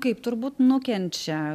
kaip turbūt nukenčia